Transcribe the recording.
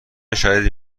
شدیدی